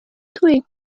twig